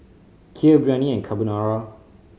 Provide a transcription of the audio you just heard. Kheer Biryani and Carbonara